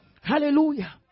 Hallelujah